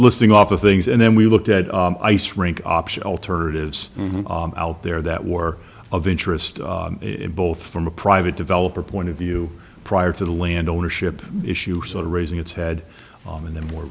listing off of things and then we looked at ice rink option alternatives out there that war of interest both from a private developer point of view prior to the land ownership issue sort of raising its head and then more